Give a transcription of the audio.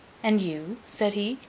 and you said he.